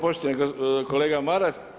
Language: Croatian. Poštovani kolega Maras.